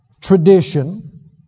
tradition